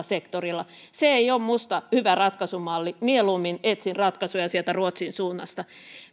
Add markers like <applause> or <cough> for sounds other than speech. <unintelligible> sektorilla se ei ole minusta hyvä ratkaisumalli mieluummin etsin ratkaisuja sieltä ruotsin suunnasta